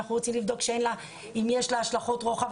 אם יש לה השלכות רוחב,